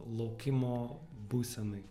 laukimo būsenoj